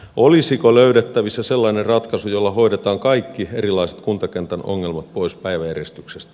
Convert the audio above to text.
olisiko löydettävissä sellainen ratkaisu jolla hoidetaan kaikki erilaiset kuntakentän ongelmat pois päiväjärjestyksestä